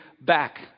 back